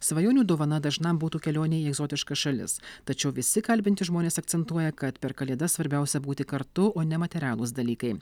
svajonių dovana dažnam būtų kelionė į egzotiškas šalis tačiau visi kalbinti žmonės akcentuoja kad per kalėdas svarbiausia būti kartu o ne materialūs dalykai